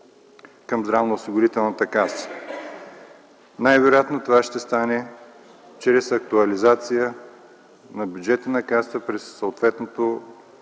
към Здравноосигурителната каса. Най-вероятно това ще стане чрез актуализация на бюджета на Касата през съответното